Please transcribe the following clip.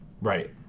right